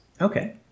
okay